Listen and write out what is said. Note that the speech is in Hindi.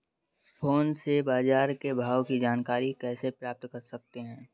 फोन से बाजार के भाव की जानकारी कैसे प्राप्त कर सकते हैं?